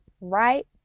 right